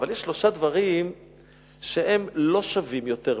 אבל יש שלושה דברים שהם לא שווים יותר מהחיים.